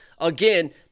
Again